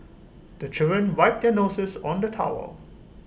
the children wipe their noses on the towel